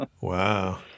Wow